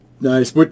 Nice